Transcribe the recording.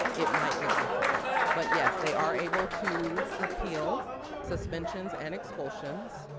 it might look differently. but yes, they are able to appeal suspensions and expulsions.